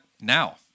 now